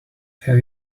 have